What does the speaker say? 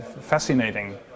fascinating